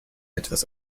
etwas